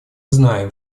знаем